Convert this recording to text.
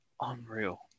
Unreal